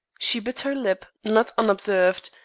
she bit her lip, not unobserved,